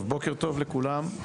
בוקר טוב לכולם.